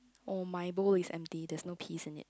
oh my bowl is empty there's no piece in it